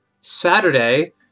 Saturday